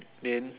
then